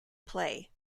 play